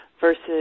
versus